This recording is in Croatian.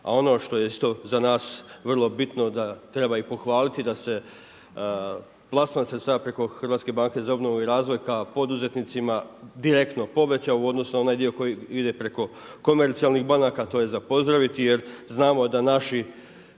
A ono što je isto za nas vrlo bitno da treba i pohvaliti da se plasman sredstava preko HBOR-a kao poduzetnicima direktno povećao u odnosu na onaj dio koji ide preko komercijalnih banaka. To je za pozdraviti jer znamo da naši